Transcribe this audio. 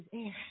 air